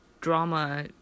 drama